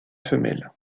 femelle